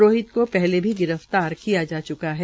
रोहित को पहले भी गिरफ्तार किया जा च्का है